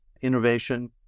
innovation